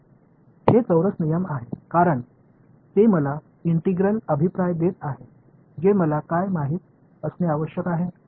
हे चौरस नियम आहे कारण ते मला इंटिग्रल अभिप्राय देत आहे जे मला काय माहित असणे आवश्यक आहे